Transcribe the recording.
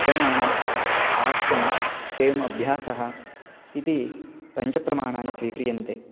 उपमानम् आप्तम् एवम् अभ्यासः इति पञ्चप्रमाणानि स्वीक्रियन्ते